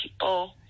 people